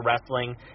wrestling